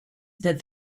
that